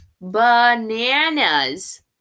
Bananas